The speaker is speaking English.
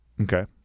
Okay